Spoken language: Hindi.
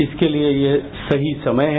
इसके लिए यह सही समय है